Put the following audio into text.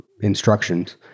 instructions